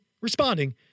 responding